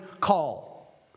call